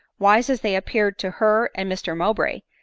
wise as they appeared to her and mr mowbray,